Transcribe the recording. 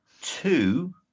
two